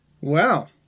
Wow